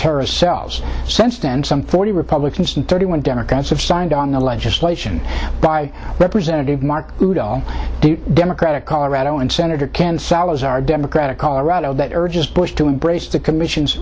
terrorist cells since then some forty republicans and thirty one democrats have signed on the legislation by representative mark udall democratic colorado and senator can salazar democratic colorado that urges bush to embrace the commission